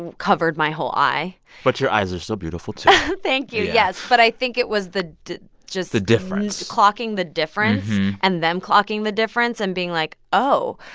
and covered my whole eye but your eyes are so beautiful too thank you, yes yeah but i think it was the just. the difference clocking the difference and them clocking the difference and being like, oh,